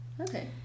Okay